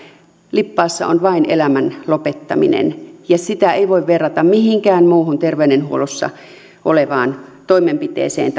lippaassa on vain elämän lopettaminen ja sitä ei voi verrata mihinkään muuhun terveydenhuollossa olevaan toimenpiteeseen